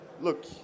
look